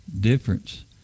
difference